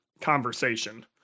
conversation